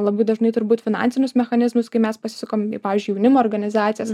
labai dažnai turbūt finansinius mechanizmus kai mes pasisukam į pavyzdžiui jaunimo organizacijas